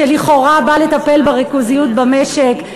שלכאורה בא לטפל בריכוזיות במשק,